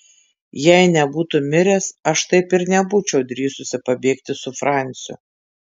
jei nebūtų miręs aš taip ir nebūčiau drįsusi pabėgti su franciu